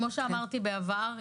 כפי שאמרתי בעבר,